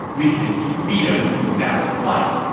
we can defeat him without a fight.